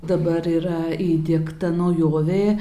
dabar yra įdiegta naujovė